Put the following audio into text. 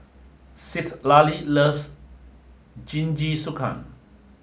Citlali loves Jingisukan